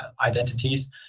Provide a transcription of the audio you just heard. identities